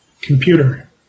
computer